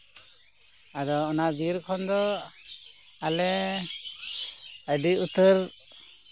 ᱟᱫᱚ ᱚᱱᱟ ᱵᱤᱨ ᱠᱷᱚᱱ ᱫᱚ ᱟᱞᱮ ᱟᱹᱰᱤ ᱩᱛᱟᱹᱨ